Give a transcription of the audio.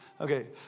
okay